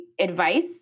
advice